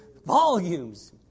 volumes